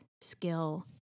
skill